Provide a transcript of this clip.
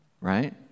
right